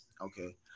Okay